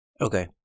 okay